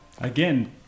Again